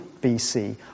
BC